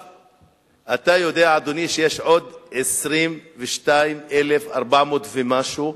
אתה יודע, אדוני, שיש עוד 22,400 ומשהו,